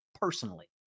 personally